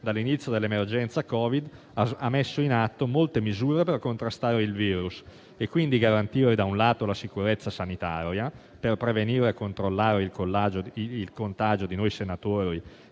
dall'inizio dell'emergenza Covid, ha messo in atto molte misure per contrastare il *virus*, garantendo - da un lato - la sicurezza sanitaria per prevenire e controllare il contagio di noi senatori